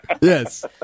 Yes